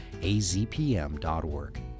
azpm.org